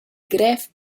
grev